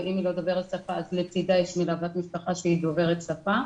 ואם היא לא דוברת שפה אז לצידה יש מלוות משפחה שהיא דוברת שפה